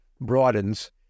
broadens